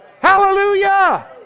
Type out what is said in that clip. Hallelujah